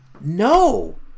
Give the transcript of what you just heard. No